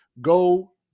go